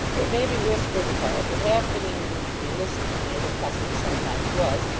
it may be whispered apart that, happening to be listening, as her custom sometimes was,